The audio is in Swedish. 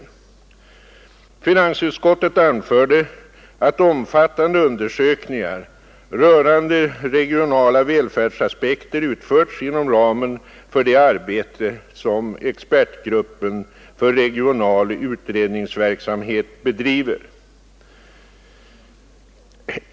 Finansutskottet anförde att omfattande undersökningar rörande regionala välfärdsaspekter utförts inom ramen för det arbete som expertgruppen för regional utredningsverksamhet bedriver.